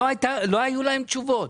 לא היו להם תשובות.